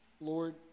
Lord